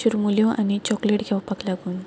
चिरमुल्यो आनी चोकलेट घेवपाक लागून